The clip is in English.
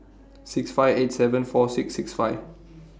six five eight seven four six six five